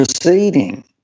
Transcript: proceeding